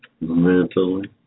mentally